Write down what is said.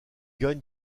gagnent